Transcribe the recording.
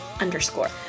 Underscore